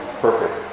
perfect